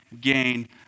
gain